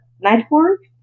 Network